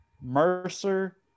Mercer